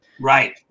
Right